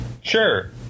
Sure